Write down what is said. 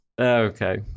Okay